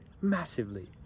massively